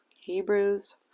Hebrews